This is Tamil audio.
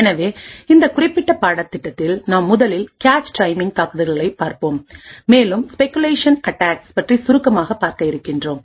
எனவே இந்த குறிப்பிட்ட பாடத்திட்டத்தில் நாம் முதலில் கேச் டைமிங் தாக்குதல்களைப் பார்ப்போம் மேலும்ஸ்பெகுலேஷன் அட்டாக்ஸ் பற்றி சுருக்கமாக பார்க்க இருக்கின்றோம்